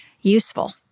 useful